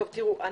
טוב תראו,